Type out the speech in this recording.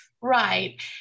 Right